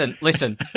listen